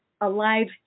alive